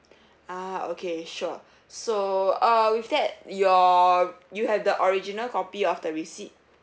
ah okay sure so uh with that your you have the original copy of the receipt